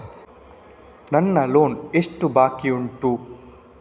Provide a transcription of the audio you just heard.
ನನ್ನ ಲೋನ್ ಎಷ್ಟು ಬಾಕಿ ಉಂಟು?